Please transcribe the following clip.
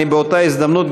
באותה הזדמנות,